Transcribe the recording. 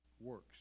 works